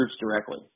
directly